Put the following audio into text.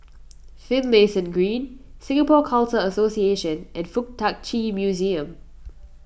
Finlayson Green Singapore Khalsa Association and Fuk Tak Chi Museum